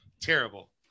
terrible